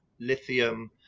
lithium